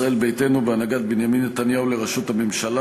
ישראל ביתנו בהנהגת בנימין נתניהו לראשות הממשלה